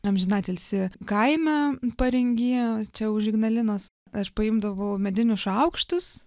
amžinatilsį kaime paringyje čia už ignalinos aš paimdavau medinius šaukštus